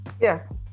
yes